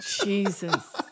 Jesus